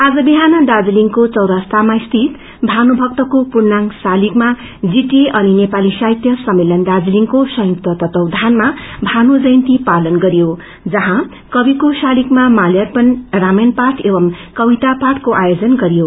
आज बिहान दार्जीलिङको चौरास्तामा स्थित भानुभक्तको पूर्णाग शलिगमा जीटिए अनि नेपाली साहित्य सम्मेलन दार्जीलिङको संयुक्त तत्वायनमा भानु जयन्ती पालन गरियो जहाँ कविक्रो शालिगमा माल्यार्पण रामायण पाठ एव कविता पाठको आयोजनगरियो